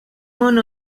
món